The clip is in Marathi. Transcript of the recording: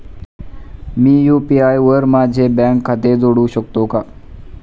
मी यु.पी.आय वर माझे बँक खाते जोडू शकतो का?